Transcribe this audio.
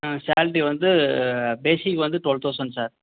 ம் சேல்ரி வந்து பேசிக் வந்து ட்வெல் தௌசண்ட் சார்